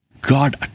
God